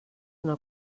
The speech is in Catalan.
una